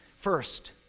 First